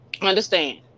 understand